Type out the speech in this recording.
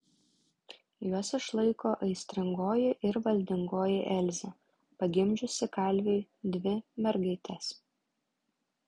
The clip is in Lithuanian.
juos išlaiko aistringoji ir valdingoji elzė pagimdžiusi kalviui dvi mergaites